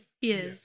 Yes